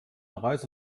reise